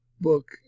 book